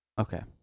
Okay